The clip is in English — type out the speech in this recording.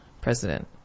president